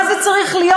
מה זה צריך להיות?